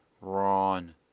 Ron